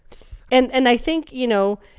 and and i think, you know,